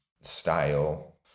style